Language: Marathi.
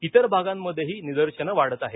इतर भागांमध्येही निदर्शनं वाढत आहेत